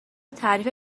تعریف